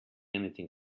anything